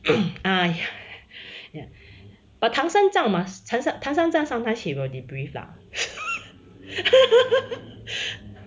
ya but 唐三藏 must 唐三藏 sometimes he will debrief lah